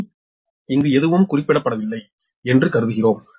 we இங்கு எதுவும் குறிப்பிடப்படவில்லை என்று கருதுகிறோம்